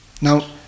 Now